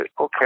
okay